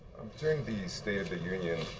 during the state of the union,